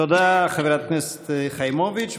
תודה, חברת הכנסת חיימוביץ'.